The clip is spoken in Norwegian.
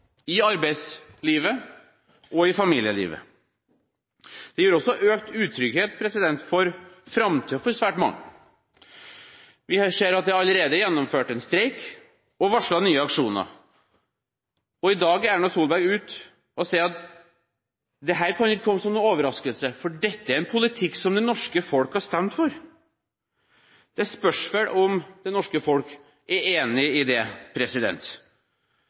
i arbeidslivet og i familielivet. Det gir også økt utrygghet for framtiden for svært mange. Vi ser at det allerede er gjennomført en streik og varslet nye aksjoner. I dag er Erna Solberg ute og sier at dette kan ikke komme som noen overraskelse, for dette er en politikk som det norske folk har stemt for. Det spørs vel om det norske folk er enig i det.